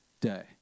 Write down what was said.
day